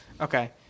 Okay